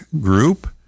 group